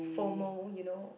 for more you know